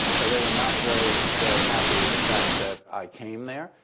so they were not very, very happy with the fact that i came there.